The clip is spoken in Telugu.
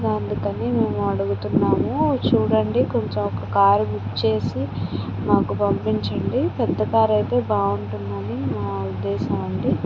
అందుకని మేము అడుగుతున్నాము చూడండి కొంచెము ఒక కార్ బుక్ చేసి మాకు పంపించండి పెద్ద కార్ అయితే బాగుంటుంది అని మా ఉద్దేశము అండి